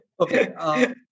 Okay